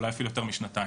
אולי אפילו יותר משנתיים.